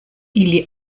ili